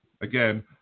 again